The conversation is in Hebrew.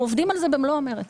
אנחנו עובדים על זה במלוא המרץ.